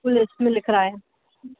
police में लिखायां